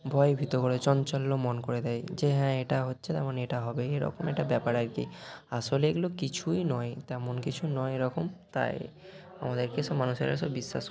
ভয়ে ভীত করে চঞ্চল মন করে দেয় যে হ্যাঁ এটা হচ্ছে তার মানে এটা হবে এরকম একটা ব্যাপার আর কী আসলে এগুলো কিছুই নয় তেমন কিছু নয় এরকম তাই আমাদেরকে সে মানুষেরা সব বিশ্বাস